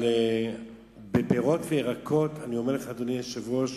אבל בפירות וירקות, אדוני היושב-ראש,